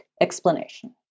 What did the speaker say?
explanation